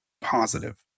positive